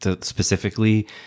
specifically